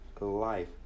life